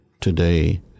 today